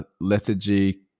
lethargy